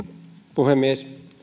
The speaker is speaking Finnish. puhemies